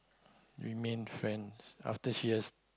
remain friends after she has